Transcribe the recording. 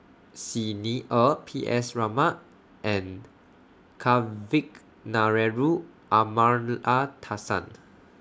Xi Ni Er P S Raman and Kavignareru Amallathasan